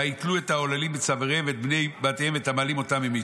ויתלו את העוללים בצוואריהם ואת בני בתיהם ואת המלים אותם המיתו.